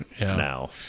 now